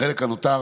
החלק הנותר,